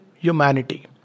Humanity